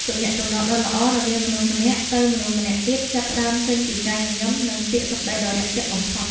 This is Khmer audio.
ទំនាក់ទំនងដ៏ល្អរវាងមនុស្សម្នាក់ទៅមនុស្សម្នាក់ទៀតចាប់ផ្តើមចេញពីការញញឹម និងពាក្យសម្តីដ៏រាក់ទាក់បំផុត។